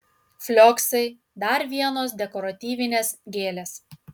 flioksai dar vienos dekoratyvinės gėlės